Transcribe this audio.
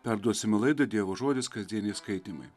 perduosime laidą dievo žodis kasdieniai skaitymai